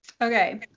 Okay